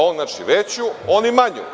On, znači, veću, oni manju.